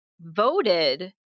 voted